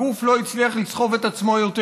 הגוף לא הצליח לסחוב את עצמו יותר.